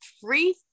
free